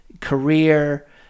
career